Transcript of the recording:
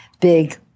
big—